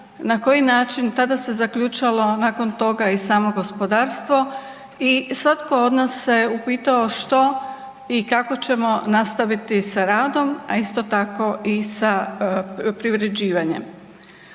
na koji način, tada se zaključalo nakon toga i samo gospodarstvo i svatko od nas se upitao što i kako ćemo nastaviti sa radom, a isto tako i sa privređivanjem.